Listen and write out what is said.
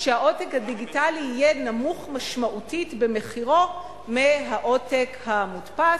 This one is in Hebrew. כשהעותק הדיגיטלי יהיה נמוך משמעותית במחירו מהעותק המודפס,